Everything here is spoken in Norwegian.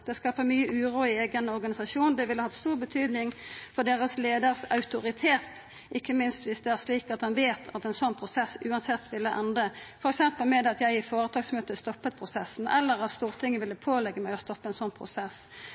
Det skaper mye uro i egen organisasjon. Det ville hatt stor betydning for deres lederes autoritet, ikke minst hvis det er sånn at en vet at en sånn prosess uansett ville ende f.eks. med at jeg i foretaksmøtet stoppet prosessen, eller at Stortinget ville pålegge meg å stoppe en sånn prosess.